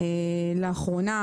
לאחרונה,